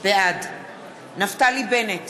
בעד נפתלי בנט,